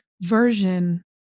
version